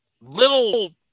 Little